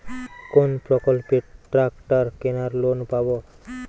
কোন প্রকল্পে ট্রাকটার কেনার লোন পাব?